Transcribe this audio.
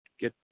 Get